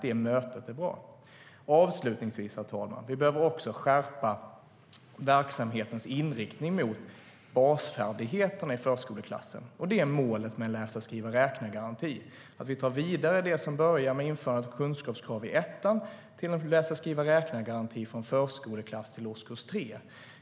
Detta möte är bra. Avslutningsvis, herr talman, behöver vi skärpa verksamhetens inriktning mot basfärdigheterna i förskoleklassen. Det är målet med en läsa-skriva-räkna-garanti. Vi tar vidare det som börjar med införandet av kunskapskrav i ettan till en läsa-skriva-räkna-garanti från förskoleklass till årskurs 3.